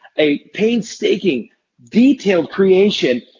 a painstaking detailed creation,